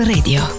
Radio